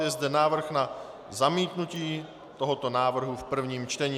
Je zde návrh na zamítnutí tohoto návrhu v prvním čtení.